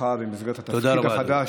בהצלחה בתפקיד החדש,